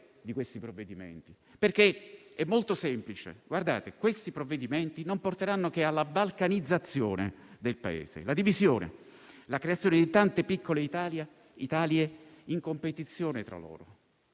di questi provvedimenti. È molto semplice; questi provvedimenti non porteranno che alla balcanizzazione del Paese, alla divisione, alla creazione di tante piccole Italia in competizione tra loro,